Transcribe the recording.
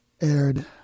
aired